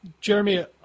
Jeremy